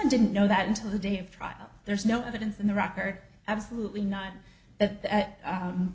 i didn't know that until the day of trial there's no evidence in the record absolutely not at